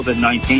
COVID-19